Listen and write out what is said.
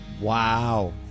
wow